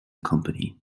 company